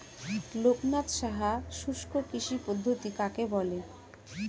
লোকনাথ সাহা শুষ্ককৃষি পদ্ধতি কাকে বলে?